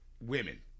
women